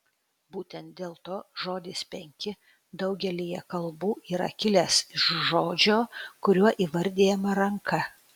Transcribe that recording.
būtent dėl to žodis penki daugelyje kalbų yra kilęs iš žodžio kuriuo įvardijama ranka